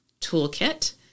toolkit